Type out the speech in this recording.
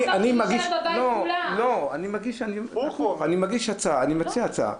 אני מציע הצעה.